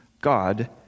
God